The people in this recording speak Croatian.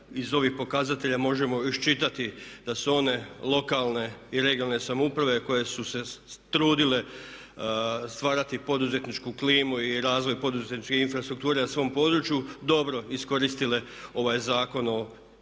iz ovih pokazatelja možemo iščitati da su one lokalne i regionalne samouprave koje su se trudile stvarati poduzetničku klimu i razvoj poduzetničke infrastrukture na svom području dobro iskoristile ovaj Zakon o osnivanju